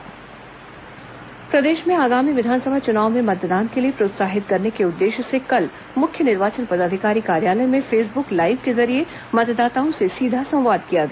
मतदाता जागरूकता कार्यक्रम प्रदेश में आगामी विधानसभा चुनाव में मतदान के लिए प्रोत्साहित करने के उद्देश्य से कल मुख्य निर्वाचन पदाधिकारी कार्यालय में फेसब्क लाईव के जरिये मतदाताओं से सीधा संवाद किया गया